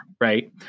right